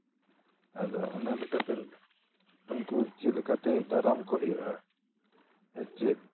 ᱟᱫᱚ ᱚᱱᱟᱞᱮᱠᱟᱛᱮ ᱩᱱᱠᱩ ᱪᱮᱫ ᱞᱮᱠᱟᱛᱮ ᱫᱟᱨᱟᱢ ᱠᱚ ᱦᱩᱭᱩᱜᱼᱟ ᱪᱮᱫ